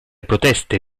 proteste